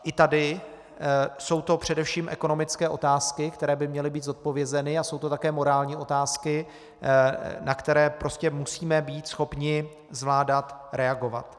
I tady jsou to především ekonomické otázky, které by měly být zodpovězeny, a jsou to také morální otázky, na které musíme být schopni zvládat reagovat.